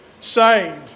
saved